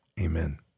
Amen